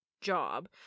job